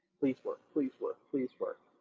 please work, please work, please work,